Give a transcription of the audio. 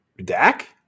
Dak